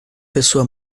pessoa